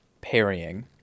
parrying